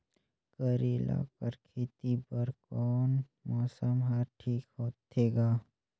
करेला कर खेती बर कोन मौसम हर ठीक होथे ग?